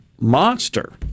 monster